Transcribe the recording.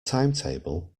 timetable